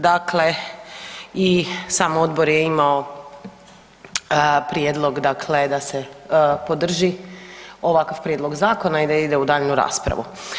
Dakle i sam odbor je imao prijedlog, dakle da se podrži ovakav prijedlog zakona i da ide u daljnju raspravu.